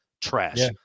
trash